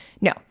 No